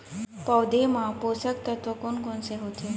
पौधे मा पोसक तत्व कोन कोन से होथे?